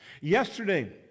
Yesterday